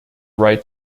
right